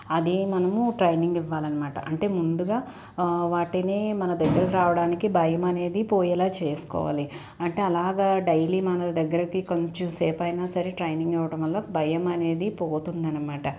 అది మనము ట్రైనింగ్ ఇవ్వాలి అనమాట అంటే ముందుగా వాటిని మన దగ్గర రావడానికి భయం అనేది పోయేలా చేసుకోవాలి అంటే అలాగా డైలీ మన దగ్గరకి కొంచెం సేపైనా సరే ట్రైనింగ్ ఇవ్వడం వల్ల భయం అనేది పోగుతుందన్నమాట